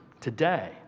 today